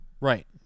Right